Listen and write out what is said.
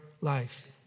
life